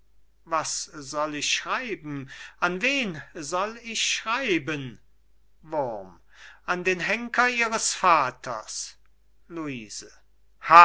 was soll ich schreiben an wen soll ich schreiben wurm an den henker ihres vaters luise